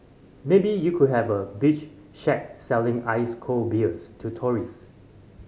maybe you could have a beach shack selling ice cold beers to tourist